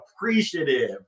appreciative